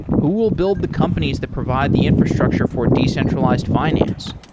who will build the companies that provide the infrastructure for decentralized finance?